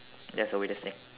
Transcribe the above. that's the weirdest thing